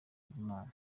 bizimana